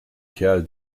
kerl